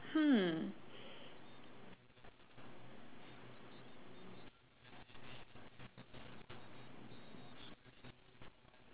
hmm